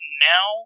now